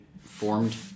formed